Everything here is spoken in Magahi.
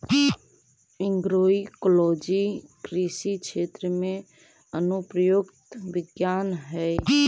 एग्रोइकोलॉजी कृषि क्षेत्र में अनुप्रयुक्त विज्ञान हइ